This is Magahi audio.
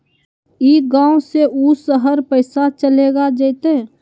ई गांव से ऊ शहर पैसा चलेगा जयते?